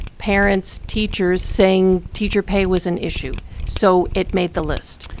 parents, teachers saying teacher pay was an issue. so it made the list.